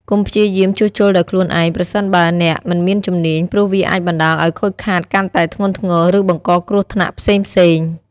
កុំព្យាយាមជួសជុលដោយខ្លួនឯង ប្រសិនបើអ្នកមិនមានជំនាញ ព្រោះវាអាចបណ្ដាលឱ្យខូចខាតកាន់តែធ្ងន់ធ្ងរ ឬបង្កគ្រោះថ្នាក់ផ្សេងៗ។